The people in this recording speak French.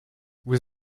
vous